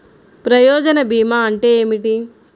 ప్రయోజన భీమా అంటే ఏమిటి?